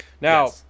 now